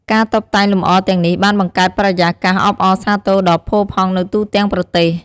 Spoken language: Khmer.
ការតុបតែងលម្អទាំងនេះបានបង្កើតបរិយាកាសអបអរសាទរដ៏ផូរផង់នៅទូទាំងប្រទេស។